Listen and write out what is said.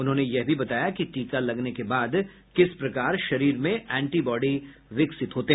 उन्होंने यह भी बताया कि टीका लगने के बाद किस प्रकार शरीर में एंटीबॉडी विकसित होते हैं